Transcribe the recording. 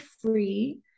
free